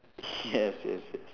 yes yes yes